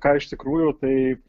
ką iš tikrųjų tai